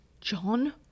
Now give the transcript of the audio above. John